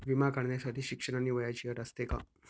विमा काढण्यासाठी शिक्षण आणि वयाची अट असते का?